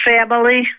Family